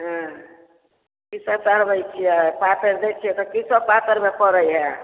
हँ की सब चढ़बैत छियै पातरि दै छियै तऽ की सब पातरिमे पड़ैत हए